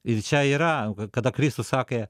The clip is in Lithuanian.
ir čia yra kada kristus sakė